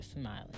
smiling